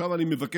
עכשיו אני מבקש,